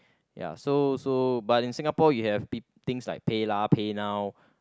ya so so but in Singapore you have things like PayLah PayNow